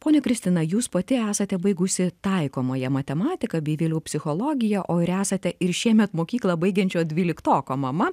ponia kristina jūs pati esate baigusi taikomąją matematiką bei vėliau psichologiją o ir esate ir šiemet mokyklą baigiančio dvyliktoko mama